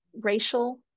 racial